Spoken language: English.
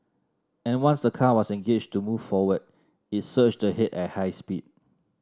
and once the car was engaged to move forward it surged ahead at high speed